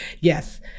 yes